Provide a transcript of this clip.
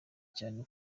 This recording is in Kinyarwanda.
cyane